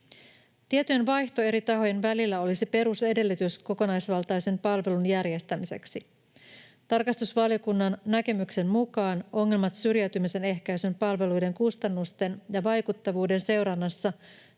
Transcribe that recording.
Tietojen vaihto eri tahojen välillä olisi perusedellytys kokonaisvaltaisen palvelun järjestämiseksi. Tarkastusvaliokunnan näkemyksen mukaan ongelmat syrjäytymisen ehkäisyn palveluiden kustannusten ja vaikuttavuuden seurannassa